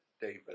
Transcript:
David